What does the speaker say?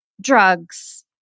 drugs